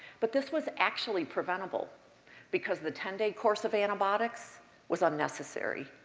but this was actually preventable because the ten day course of antibiotics was unnecessary.